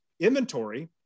inventory